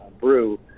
Brew